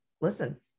Listen